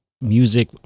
music